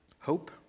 hope